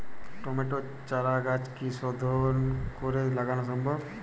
টমেটোর চারাগাছ কি শোধন করে লাগানো সম্ভব?